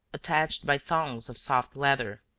attached by thongs of soft leather.